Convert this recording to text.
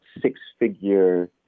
six-figure